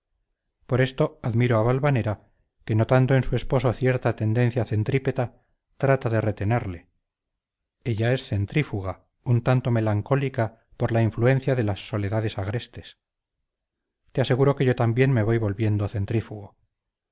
por esto admiro a valvanera que notando en su esposo cierta tendencia centrípeta trata de retenerle ella es centrífuga un tanto melancólica por la influencia de las soledades agrestes te aseguro que yo también me voy volviendo centrífugo